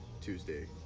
Tuesday